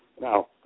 Now